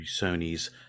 Sony's